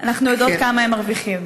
אנחנו יודעות כמה הם מרוויחים,